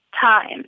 time